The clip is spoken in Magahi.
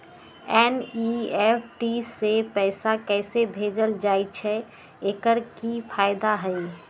एन.ई.एफ.टी से पैसा कैसे भेजल जाइछइ? एकर की फायदा हई?